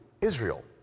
Israel